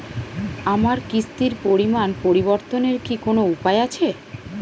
আমার কিস্তির পরিমাণ পরিবর্তনের কি কোনো উপায় আছে?